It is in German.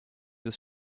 des